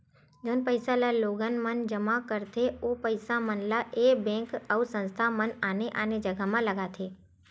जउन पइसा ल लोगन मन जमा करथे ओ पइसा मन ल ऐ बेंक अउ संस्था मन आने आने जघा म लगाथे